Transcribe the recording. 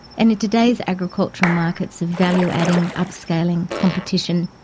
and in today's agricultural markets of value-adding, upscaling, competition,